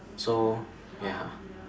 so ya